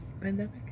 pandemic